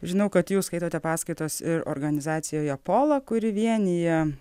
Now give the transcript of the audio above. žinau kad jūs skaitote paskaitas ir organizacijoje pola kuri vienija